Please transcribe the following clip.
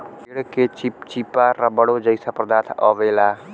पेड़ से चिप्चिपा रबड़ो जइसा पदार्थ अवेला